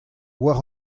war